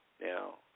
Now